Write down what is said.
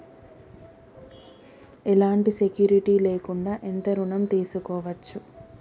ఎలాంటి సెక్యూరిటీ లేకుండా ఎంత ఋణం తీసుకోవచ్చు?